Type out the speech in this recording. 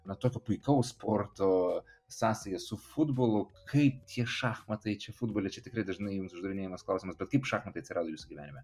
na tokio puikaus sporto sąsają su futbolu kaip tie šachmatai čia futbole čia tikrai dažnai jums uždavinėjimas klausimas bet kaip šachmatai atsirado jūsų gyvenime